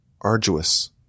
arduous